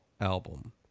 album